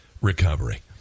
recovery